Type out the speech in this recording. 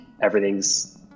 everything's